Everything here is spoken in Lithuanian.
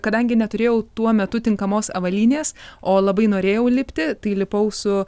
kadangi neturėjau tuo metu tinkamos avalynės o labai norėjau lipti tai lipau su